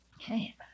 Okay